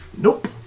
Nope